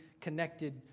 connected